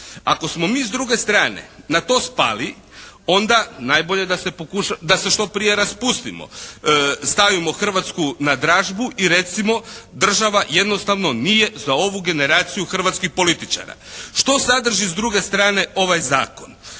Ako smo mi s druge strane na to spali onda najbolje da se pokuša, da se što prije raspustimo. Stavimo Hrvatsku na dražbu i recimo država jednostavno nije za ovu generaciju hrvatskih političara. Što sadrži s druge strane ovaj zakon?